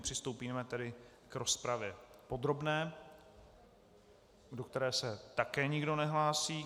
Přistoupíme tedy k rozpravě podrobné, do které se také nikdo nehlásí.